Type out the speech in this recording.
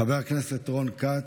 חבר הכנסת רון כץ,